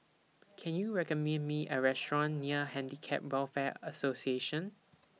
Can YOU recommend Me A Restaurant near Handicap Welfare Association